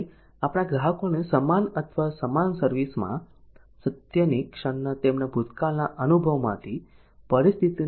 આપણે આપણા ગ્રાહકોને સમાન અથવા સમાન સર્વિસ માં સત્યની ક્ષણના તેમના ભૂતકાળના અનુભવમાંથી પરિસ્થિતિની કલ્પના કરવા માટે કહેવું જોઈએ